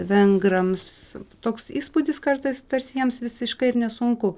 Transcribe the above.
vengrams toks įspūdis kartais tarsi jiems visiškai ir nesunku